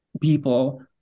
people